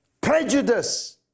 prejudice